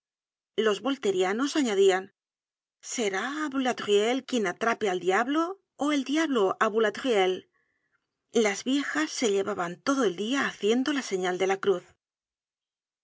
los volterianos anadian será boulatruelle quien atrape al diablo ó el diablo á boulatruelle la viejas se llevaban todo el dia haciendo la señal de la cruz poco